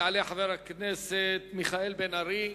יעלה חבר הכנסת מיכאל בן-ארי.